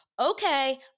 Okay